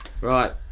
Right